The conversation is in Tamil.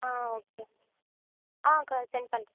ஆ ஓகே மேம் ஆ கா சென்ட் பண்ணுறேன்